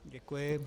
Děkuji.